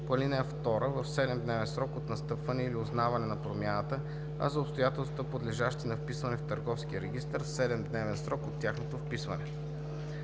по ал. 2 в 7-дневен срок от настъпване или узнаване на промяната, а за обстоятелствата, подлежащи на вписване в търговския регистър – в 7-дневен срок от тяхното вписване.